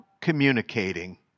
communicating